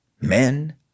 men